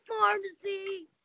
pharmacy